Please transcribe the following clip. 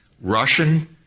Russian